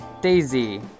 Daisy